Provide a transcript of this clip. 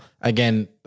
again